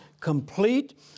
complete